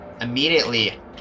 immediately